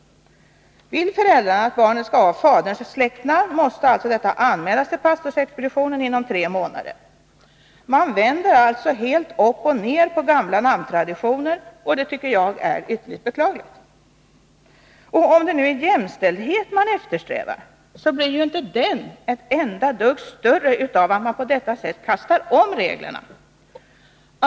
Vill föräldrarna att barnet skall ha faderns släktnamn måste detta anmälas till pastorsexpeditionen inom tre månader. Man vänder alltså helt upp och ner på gamla namntraditioner, och det tycker jag är ytterligt beklagligt. Om det nu är jämställdhet man eftersträvar blir den ju inte ett enda dugg större av att man på detta sätt kastar om reglerna.